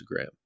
Instagram